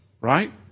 right